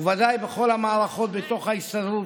ובוודאי גם בכל המערכות בתוך ההסתדרות,